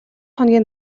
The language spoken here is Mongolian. хоногийн